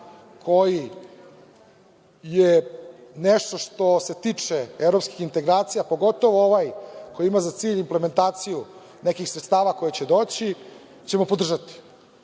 koji je nešto što se tiče evropskih integracija, pogotovo ovaj koji ima za cilj i implementaciju nekih sredstava koje će doći ćemo podržati.